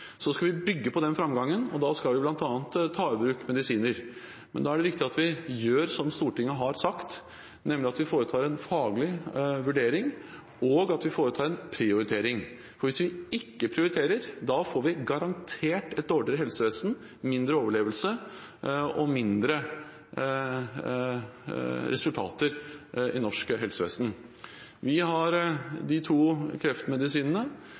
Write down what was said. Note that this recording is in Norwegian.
Så skal vi bygge på den framgangen. Da skal vi bl.a. ta i bruk medisiner. Da er det viktig at vi gjør som Stortinget har sagt, nemlig at vi foretar en faglig vurdering, og at vi foretar en prioritering. For hvis vi ikke prioriterer, får vi garantert et dårligere helsevesen, mindre overlevelse og mindre resultater i norsk helsevesen. Vi har de to kreftmedisinene.